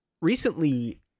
Recently